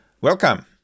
Welcome